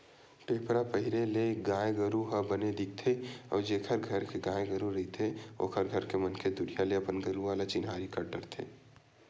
टेपरा पहिरे ले गाय गरु ह बने दिखथे अउ जेखर घर के गाय गरु रहिथे ओखर घर के मनखे दुरिहा ले अपन गरुवा के चिन्हारी कर डरथे